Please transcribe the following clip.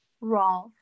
raw